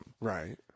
Right